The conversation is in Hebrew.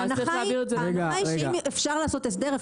ההנחה היא שאם אפשר לעשות הסדר,